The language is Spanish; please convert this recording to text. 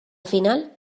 final